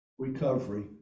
Recovery